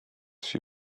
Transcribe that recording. she